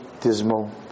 dismal